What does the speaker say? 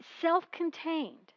self-contained